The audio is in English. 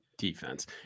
defense